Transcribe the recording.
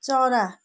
चरा